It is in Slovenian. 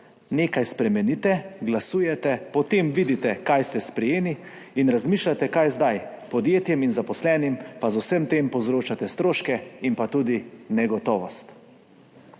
Nekaj spremenite, glasujete, potem vidite, kaj ste sprejeli, in razmišljate, kaj zdaj, podjetjem in zaposlenim pa z vsem tem povzročate stroške in tudi negotovost.